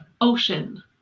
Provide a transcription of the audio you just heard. ocean